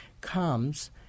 comes